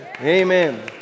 Amen